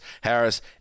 Harris